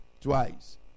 twice